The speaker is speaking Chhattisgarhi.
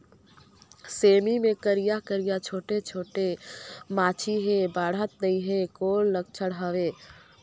सेमी मे करिया करिया छोटे माछी हे बाढ़त नहीं हे कौन लक्षण हवय?